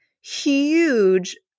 huge